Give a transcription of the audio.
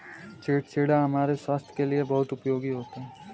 चिचिण्डा हमारे स्वास्थ के लिए बहुत उपयोगी होता है